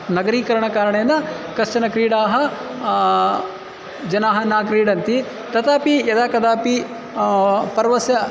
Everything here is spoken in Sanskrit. नगरीकरणकारणेन कश्चन क्रीडाः जनाः न क्रीडन्ति तथापि यदा कदापि पर्वस्य